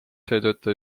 seetõttu